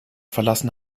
verlassen